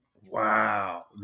Wow